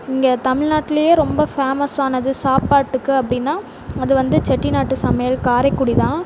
இங்கே தமிழ்நாட்டிலேயே ரொம்ப ஃபேமஸானது சாப்பாட்டுக்கு அப்படின்னா அது வந்து செட்டிநாட்டு சமையல் காரைக்குடிதான்